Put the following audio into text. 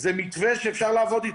זה מתווה שאפשר לעבוד איתו.